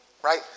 Right